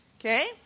okay